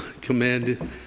commanded